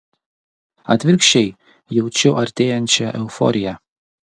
atvirkščiai jaučiu artėjančią euforiją